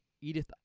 Edith